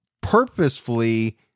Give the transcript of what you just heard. purposefully